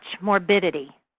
morbidity